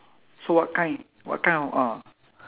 so what kind what kind of ah